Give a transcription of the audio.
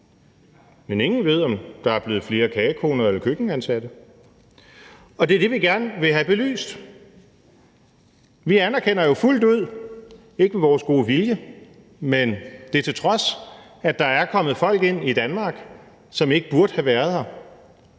Men ingen ved, om der er blevet flere kogekoner eller køkkenansatte. Og det er det, vi gerne vil have belyst. Vi anerkender jo fuldt ud – ikke med vores gode vilje, men det til trods – at der er kommet folk ind i Danmark, som ikke burde have været her,